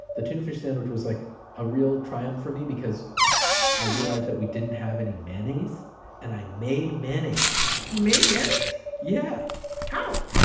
the tuna fish sandwich was like a real triumph for me because i realized that we didn't have any mayonnaise and i made mayonnaise mayonnaise you made mayonnaise? yeah how?